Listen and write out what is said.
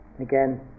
Again